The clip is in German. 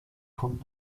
kommt